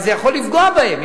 אבל זה יכול לפגוע בהם,